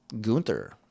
Gunther